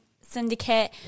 Syndicate